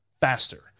faster